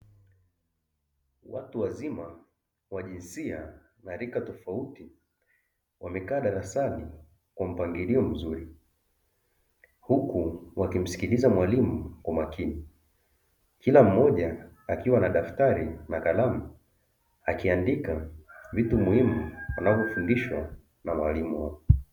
Watu wazima wa jinsia na rika tofauti wamekaa darasani kwa mpangilio mzuri huku wakimsikiliza mwalimu kwa makini, kila mmoja akiwa na daftari na kalamu akiandika vitu muhimu wanavyofundishwa na mwalimu wao.